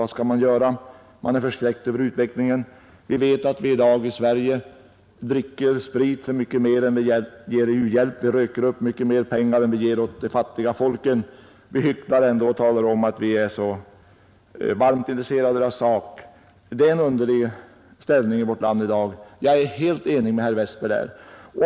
Vad skall man göra? Man är förskräckt över utvecklingen. Man vet att vi i dag i Sverige dricker sprit för mycket mer än vi ger i u-hjälp. Vi röker för mycket mer pengar än vi ger åt de fattiga folken. Vi hycklar ändå och talar om att vi är så varmt intresserade av deras sak. Det är en underlig situation i vårt land i dag. Jag är helt enig med herr Westberg i det avseendet.